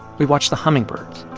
we watched the hummingbirds.